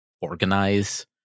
organize